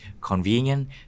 convenient